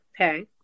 Okay